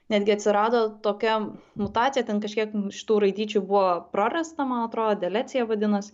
netgi atsirado tokia mutacija ten kažkiek šitų raidžių buvo prarasta man atrodo delecija vadinasi